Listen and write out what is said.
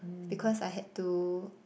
because I had to